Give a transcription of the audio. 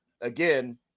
again